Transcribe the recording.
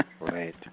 Right